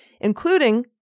including